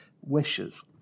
wishes